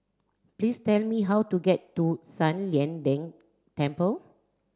please tell me how to get to San Lian Deng Temple